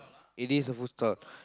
it is a food stall